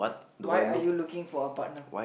why are you looking for a partner